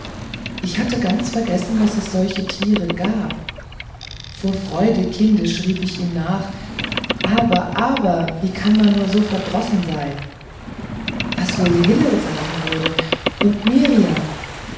ich hatte ganz vergessen daß es solche tiere gab vor freude kindisch rief ich ihm nach aber aber wie kann man nur so verdrossen sein was hillel wohl sagen würde und